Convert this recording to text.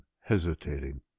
hesitating